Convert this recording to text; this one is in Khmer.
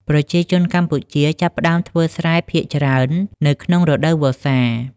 ប្រជាជនកម្ពុជាចាប់ផ្តើមធ្វើស្រែភាគច្រើននៅក្នុងរដូវវស្សា។